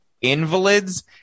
invalids